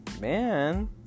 man